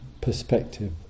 perspective